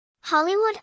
Hollywood